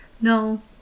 No